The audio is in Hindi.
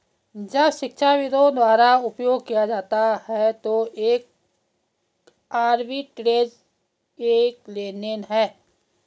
जब शिक्षाविदों द्वारा उपयोग किया जाता है तो एक आर्बिट्रेज एक लेनदेन है